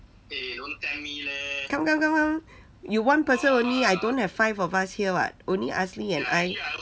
come come come come you one person only I don't have five of us here [what] only asli and I